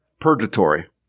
purgatory